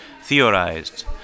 theorized